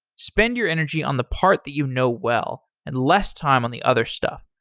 spend your energy on the part that you know well and less time on the other stuff.